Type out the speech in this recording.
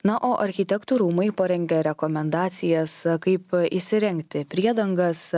na o architektų rūmai parengė rekomendacijas kaip įsirengti priedangas